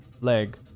leg